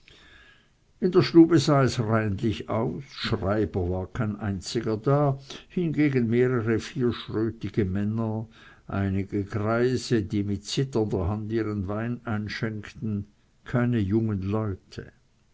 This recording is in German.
in der stube sah es reinlich aus schreiber war kein einziger da hingegen mehrere vierschrötige männer einige greise die mit zitternder hand ihren wein einschenkten keine jungen leute